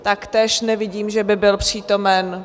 Taktéž nevidím, že by byl přítomen.